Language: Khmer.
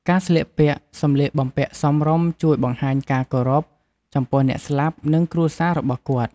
ការស្លៀកពាក់ សម្លៀកបំពាក់សមរម្យជួយបង្ហាញការគោរព ចំពោះអ្នកស្លាប់ និងគ្រួសាររបស់គាត់។